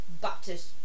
Baptist